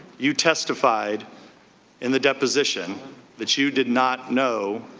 you testified in the deposition that you did not know